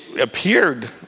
appeared